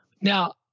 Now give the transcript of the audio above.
Now